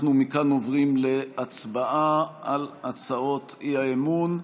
אנחנו מכאן עוברים להצבעה על הצעות האי-אמון.